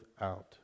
out